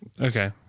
Okay